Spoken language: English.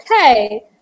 okay